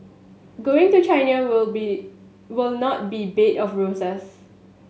going to China will be will not be a bed of roses